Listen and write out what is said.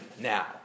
now